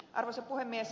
arvoisa puhemies